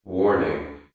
Warning